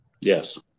Yes